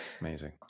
Amazing